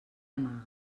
amarga